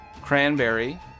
cranberry